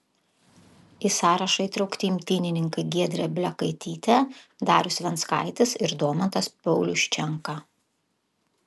į sąrašą įtraukti imtynininkai giedrė blekaitytė darius venckaitis ir domantas pauliuščenka